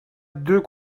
deux